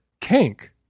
kink